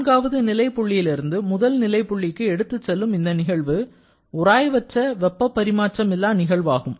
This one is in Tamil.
நான்காவது நிலை புள்ளியிலிருந்து முதல் நிலைப் புள்ளிக்கு எடுத்துச் செல்லும் இந்த நிகழ்வு உராய்வற்ற வெப்பப் பரிமாற்றம் இல்லா நிகழ்வாகும்